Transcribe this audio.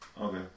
Okay